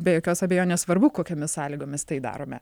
be jokios abejonės svarbu kokiomis sąlygomis tai darome